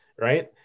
right